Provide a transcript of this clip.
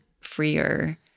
freer